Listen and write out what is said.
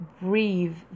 breathe